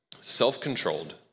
self-controlled